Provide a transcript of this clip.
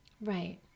Right